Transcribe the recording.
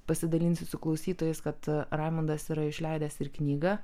pasidalinsiu su klausytojais kad raimundas yra išleidęs ir knygą